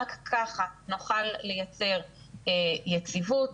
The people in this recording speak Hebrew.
רק ככה נוכל לייצר יציבות,